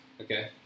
Okay